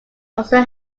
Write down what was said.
also